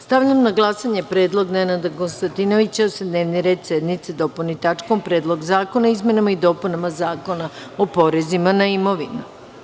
Stavljam na glasanje predlog narodnog poslanika Nenada Konstantinovića da se dnevni red sednice dopuni tačkom - Predlog zakona o izmenama i dopunama Zakona o porezima na imovinu.